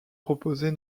proposés